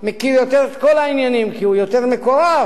מכיר יותר את כל העניינים, כי הוא יותר מקורב,